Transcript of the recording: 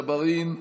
ג'בארין,